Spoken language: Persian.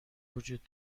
وجود